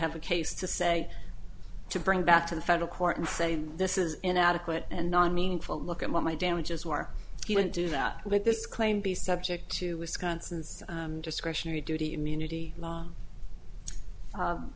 have a case to say to bring back to the federal court and say this is inadequate and not meaningful look at what my damages are he wouldn't do that with this claim be subject to wisconsin's discretionary duty immunity